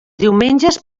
diumenges